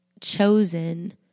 chosen